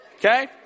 Okay